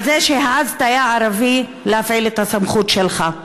על זה שהעזת, יא ערבי, להפעיל את הסמכות שלך.